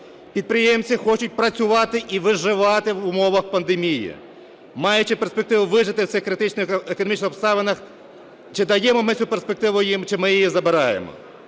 підприємці хочуть працювати і виживати в умовах пандемії. Маючи перспективу вижити в цих критичних економічних обставинах, чи даємо ми цю перспективу їм, чи ми її забираємо.